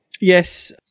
Yes